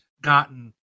gotten